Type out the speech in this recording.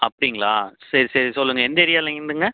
அப்படிங்களா சரி சரி சொல்லுங்கள் எந்த ஏரியாவிலருந்துங்க